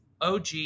OG